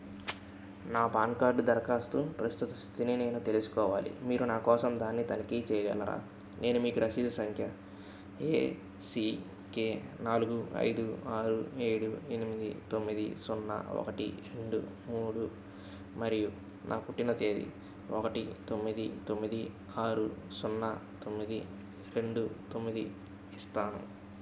నా PAN card దరఖాస్తు ప్రస్తుత స్థితిని నేను తెలుసుకోవాలి మీరు నా కోసం దాన్ని తనిఖీ చేయగలరా నేను మీకు రసీదు సంఖ్య ఏసీకే నాలుగు ఐదు ఆరు ఏడు ఎనిమిది తొమ్మిది సున్నా ఒకటి రెండు మూడు మరియు నా పుట్టిన తేదీ ఒకటి తొమ్మిది తొమ్మిది ఆరు సున్నా తొమ్మిది రెండు తొమ్మిది ఇస్తాను